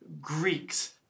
Greeks